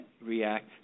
react